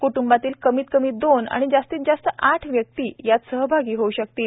कुटुंबातील कमीत कमी दोन आणि जास्तीत जास्त आठ व्यक्ती यात सहभागी होऊ शकतील